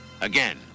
again